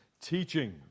teaching